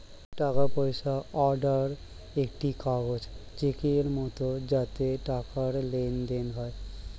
টাকা পয়সা অর্ডার একটি কাগজ চেকের মত যাতে টাকার লেনদেন হয়